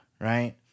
right